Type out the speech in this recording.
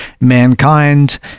mankind